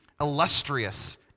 illustrious